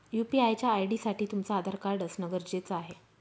UPI च्या ID साठी तुमचं आधार कार्ड असण गरजेच आहे